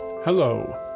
Hello